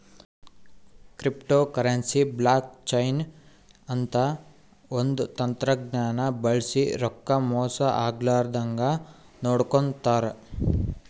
ಕ್ರಿಪ್ಟೋಕರೆನ್ಸಿಗ್ blockchain ಅಂತ್ ಒಂದ್ ತಂತಜ್ಞಾನ್ ಬಳ್ಸಿ ರೊಕ್ಕಾ ಮೋಸ್ ಆಗ್ಲರದಂಗ್ ನೋಡ್ಕೋತಾರ್